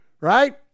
right